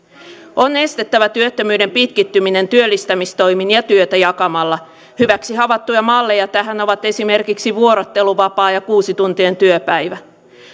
on estettävä työttömyyden pitkittyminen työllistämistoimin ja työtä jakamalla hyväksi havaittuja malleja tähän ovat esimerkiksi vuorotteluvapaa ja kuusituntinen työpäivä